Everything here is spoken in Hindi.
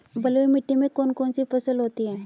बलुई मिट्टी में कौन कौन सी फसल होती हैं?